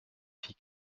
fit